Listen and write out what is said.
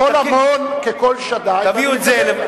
קול ההמון כקול שדי,